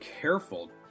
careful